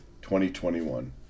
2021